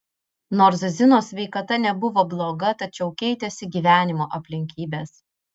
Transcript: nors zinos sveikata nebuvo bloga tačiau keitėsi gyvenimo aplinkybės